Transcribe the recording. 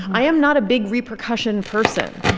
i am not a big repercussion person.